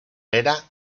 era